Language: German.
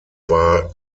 war